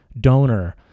donor